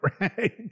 right